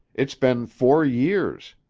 it's been four years.